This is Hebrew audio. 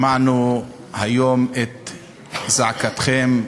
שמענו היום את זעקתכם,